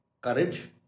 courage